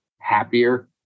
happier